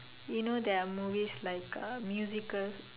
you know there are movies like uh musical